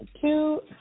Two